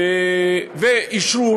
אישרו